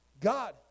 God